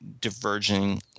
diverging